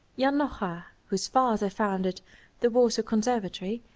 janotha, whose father founded the warsaw conservatory,